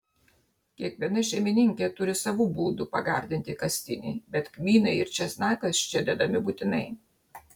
kiekviena šeimininkė turi savų būdų pagardinti kastinį bet kmynai ir česnakas čia dedami būtinai